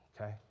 okay